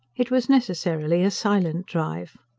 it was necessarily a silent drive.